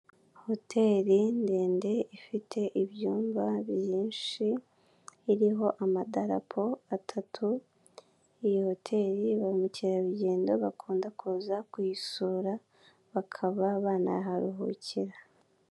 Hoteli ndende ifite ibyumba byinshi, iriho amadarapo atatu, iyi hoteli ba mukerarugendo bakunda kuza kuyisura, bakaba banaharuhukira.